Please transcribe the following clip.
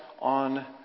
on